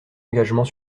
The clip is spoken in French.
engagement